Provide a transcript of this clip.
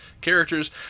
characters